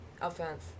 offense